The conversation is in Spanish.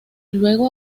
luego